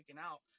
out